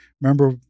remember